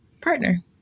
partner